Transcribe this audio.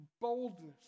boldness